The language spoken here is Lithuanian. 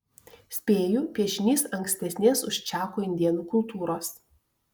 spėju piešinys ankstesnės už čako indėnų kultūros